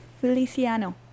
Feliciano